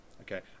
Okay